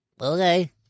okay